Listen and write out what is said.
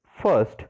First